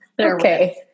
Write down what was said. okay